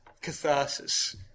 Catharsis